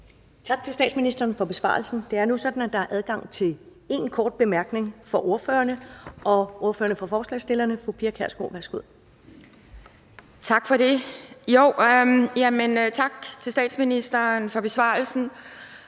Tak til statsministeren for besvarelsen. Det er nu sådan, at der er adgang til én kort bemærkning for ordførerne. Værsgo til ordføreren for forslagsstillerne, fru Pia Kjærsgaard. Kl. 10:16 Pia Kjærsgaard (DF): Tak for det. Tak til statsministeren for besvarelsen.